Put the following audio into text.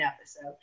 episode